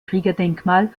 kriegerdenkmal